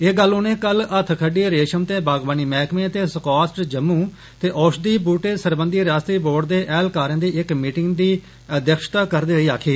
एह् गल्ल उनें कल हत्थखड्डी रेषम ते बागवानी मैह्कमें ते स्कास्ट जम्मू ते औशधीय बूह्टें सरबंधी रिआसती बोर्ड दे ऐहलकारें दी इक मीटिंग दी अध्यक्षता करदे होई आखी